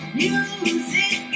music